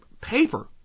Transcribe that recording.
paper